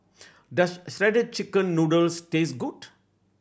does Shredded Chicken Noodles taste good